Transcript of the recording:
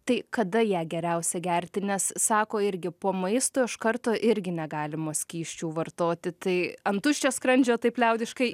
tai kada ją geriausia gerti nes sako irgi po maisto iš karto irgi negalima skysčių vartoti tai ant tuščio skrandžio taip liaudiškai